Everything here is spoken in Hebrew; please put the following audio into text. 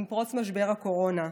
מאז פרוץ משבר הקורונה.